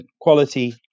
quality